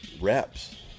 reps